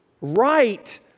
Right